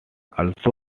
also